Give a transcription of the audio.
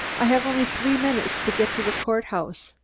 i have only three minutes to get to the court-house.